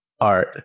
art